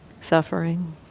suffering